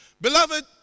Beloved